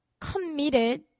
committed